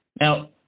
Now